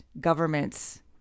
government's